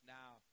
now